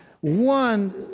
one